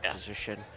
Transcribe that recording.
position